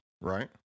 right